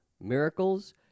miracles